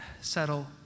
settle